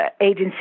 agency